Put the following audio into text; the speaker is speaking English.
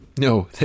No